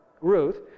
Ruth